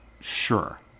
sure